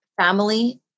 family